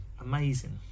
amazing